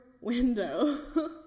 window